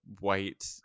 white